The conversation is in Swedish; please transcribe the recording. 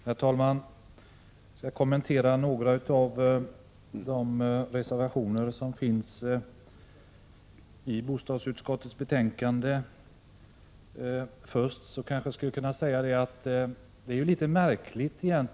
Herr talman! Jag skall kommentera några av reservationerna i bostadsutskottets betänkande. En del är litet märkliga.